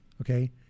okay